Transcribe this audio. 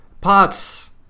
Pots